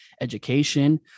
education